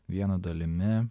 viena dalimi